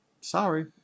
Sorry